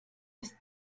ist